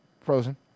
frozen